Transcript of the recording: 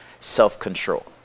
self-control